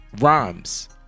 rhymes